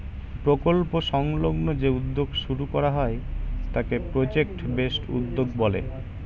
প্রকল্প সংলগ্ন যে উদ্যোগ শুরু করা হয় তাকে প্রজেক্ট বেসড উদ্যোগ বলে